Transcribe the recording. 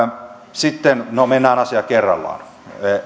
sitten no mennään asia kerrallaan